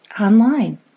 online